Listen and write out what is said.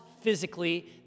physically